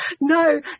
no